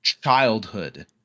Childhood